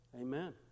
Amen